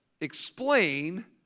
explain